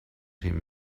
him